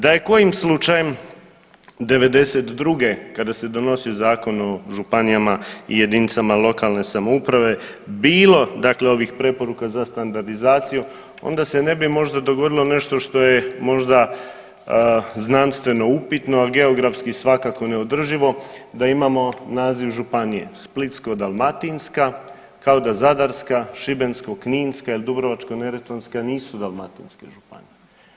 Da je kojim slučajem '92. kada se donosio Zakon o županijama i jedinicama lokalne samouprave bilo dakle ovih preporuka za standardizaciju, onda se ne bi možda dogodilo nešto što je možda znanstveno upitno, ali geografski svakako neodrživo, da imamo naziv županije Splitsko-dalmatinska, kao da Zadarska, Šibensko-kninska ili Dubrovačko-neretvanska nisu dalmatinske županije.